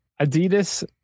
Adidas